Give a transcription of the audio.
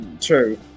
True